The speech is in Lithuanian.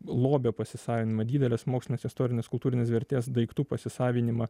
lobio pasisavinimą dideles mokslines istorines kultūrines vertės daiktų pasisavinimą